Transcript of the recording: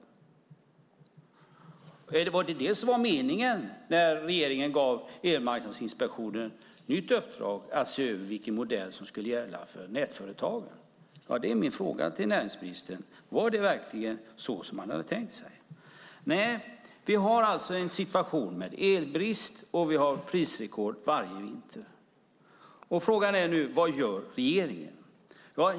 Var det detta som var meningen när regeringen gav Elmarknadsinspektionen ett nytt uppdrag att se över vilken modell som skulle gälla för nätföretagen? Det är min fråga till näringsministern. Var det verkligen det man hade tänkt sig? Vi har alltså en situation med elbrist och prisrekord varje vinter. Frågan är nu: Vad gör regeringen?